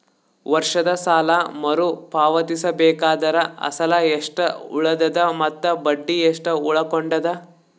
ವರ್ಷದ ಸಾಲಾ ಮರು ಪಾವತಿಸಬೇಕಾದರ ಅಸಲ ಎಷ್ಟ ಉಳದದ ಮತ್ತ ಬಡ್ಡಿ ಎಷ್ಟ ಉಳಕೊಂಡದ?